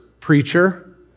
preacher